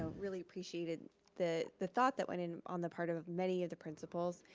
ah really appreciated the the thought that went in on the part of of many of the principals.